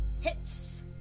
Hits